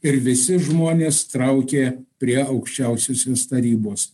ir visi žmonės traukė prie aukščiausiosios tarybos